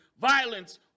violence